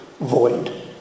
void